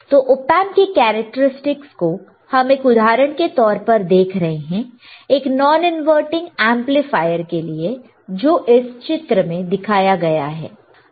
तो ऑपएंप के कैरेक्टरस्टिक को हम उदाहरण के तौर पर देख रहे हैं एक नॉन इनवर्टिंग एमप्लीफायर के लिए जो इस चित्र में दिखाया गया है